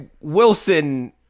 Wilson